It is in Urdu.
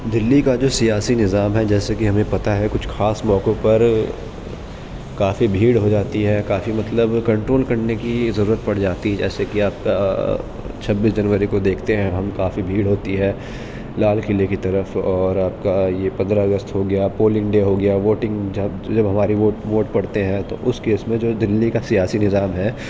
دہلی کا جو سیاسی نظام ہے جیسے کہ ہمیں پتا ہے کچھ خاس موقعوں پر کافی بھیڑ ہو جاتی ہے کافی مطلب کنٹرول کرنے کی ضرورت پڑ جاتی جیسے کہ آپ کا چھبیس جنوری کو دیکھتے ہیں ہم کافی بھیڑ ہوتی ہے لال قلعہ کی طرف اور آپ کا یہ پندرہ اگست ہو گیا پولنگ ڈے ہو گیا ووٹنگ جب جب ہماری ووٹ ووٹ پڑتے ہیں تو اس کیس میں جو دہلی کا سیاسی نظام ہے